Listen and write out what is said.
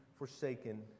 forsaken